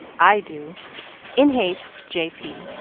i do in haste, j p.